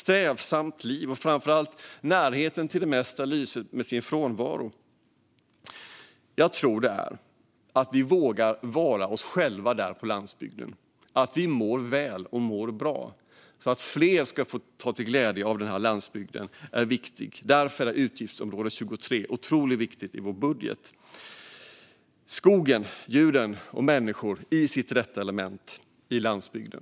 Det är ett strävsamt liv, och framför allt lyser närheten till det mesta med sin frånvaro. Jag tror att det är att vi vågar vara oss själva på landsbygden, att vi mår väl och mår bra. Att fler borde få glädje av landsbygden är viktigt. Därför är utgiftsområde 23 otroligt viktigt i vår budget. Skogen, djuren och människorna är i sina rätta element på landsbygden.